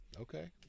Okay